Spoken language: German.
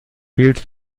bild